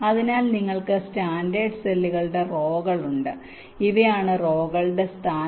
അതിനാൽ നിങ്ങൾക്ക് സ്റ്റാൻഡേർഡ് സെല്ലുകളുടെ റോകളുണ്ട് ഇവയാണ് റോകളുടെ സ്ഥാനം